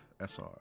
sr